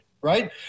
Right